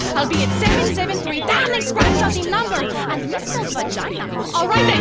i'll be at seven, seven, three down, they scratch something number and misspelled vagina all right